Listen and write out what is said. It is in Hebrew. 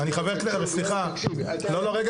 אני חבר כנסת סליחה --- תקשיב,